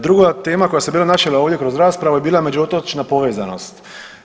Druga tema koje se bila načela ovdje kroz raspravu je bila međuotočna povezanost.